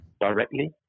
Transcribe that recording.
directly